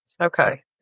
Okay